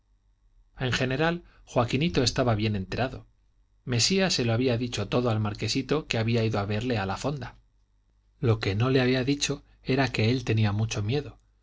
en general joaquinito estaba bien enterado mesía se lo había dicho todo al marquesito que había ido a verle a la fonda lo que no le había dicho era que él tenía mucho miedo